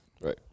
Right